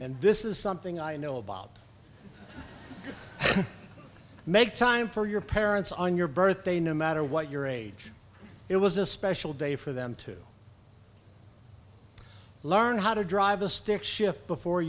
and this is something i know about make time for your parents on your birthday no matter what your age it was a special day for them to learn how to drive a stick shift before